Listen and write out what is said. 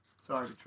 Sorry